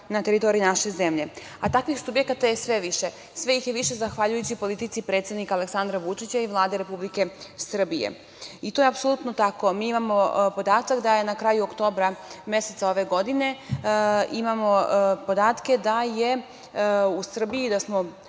na teritoriji naše zemlje, a takvih subjekata je sve više, sve ih je više zahvaljujući politici predsednika Aleksandra Vučića i Vlade Republike Srbije i to je apsolutno tako. Mi imao podatak da je na kraju oktobra meseca ove godine… Imamo podatke da je u Srbiji, da smo